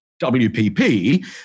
WPP